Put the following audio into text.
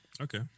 Okay